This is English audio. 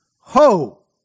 Ho